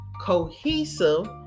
cohesive